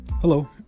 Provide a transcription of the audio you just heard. Hello